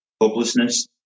hopelessness